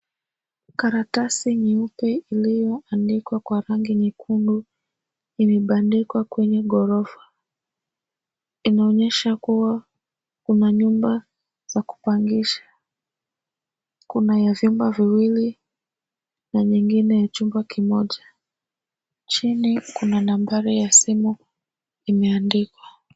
Karatasi nyeupe iliyo andikwa kwa rangi nyekundu imebandikwa kwenye ghorofa. Inaonyesha kuwa kuna nyumba za kupangisha. Kuna ya vyumba viwili na nyingine ya chumba kimoja. Chini kuna nambari ya simu imeandikwa.